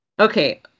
Okay